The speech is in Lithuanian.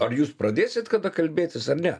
ar jūs pradėsit kada kalbėtis ar ne